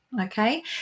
okay